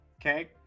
Okay